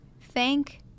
Thank